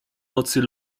nocy